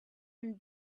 and